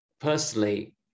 personally